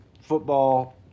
football